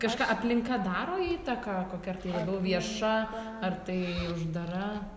kažką aplinka daro įtaką kokią tai labiau vieša ar tai uždara